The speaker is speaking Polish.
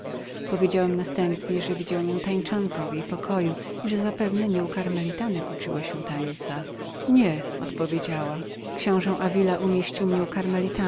jej następnie że widziałem ją tańczącą w jej pokoju i że zapewne nie u karmelitek uczyła się tańca nie odpowiedziała książe davila umieścił mnie u karmelitek